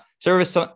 service